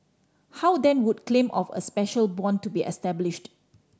how then would claim of a special bond be established